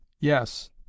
yes